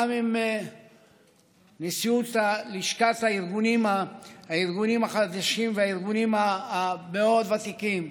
גם עם נשיאות לשכת הארגונים החדשים והארגונים המאוד-ותיקים,